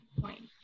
Point